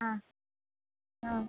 ആ ആ